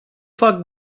fac